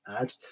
add